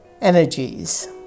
energies